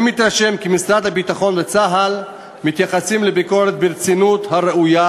אני מתרשם כי משרד הביטחון וצה"ל מתייחסים לביקורת ברצינות הראויה